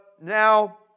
now